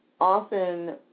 often